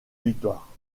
victoire